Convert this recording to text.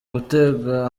gutega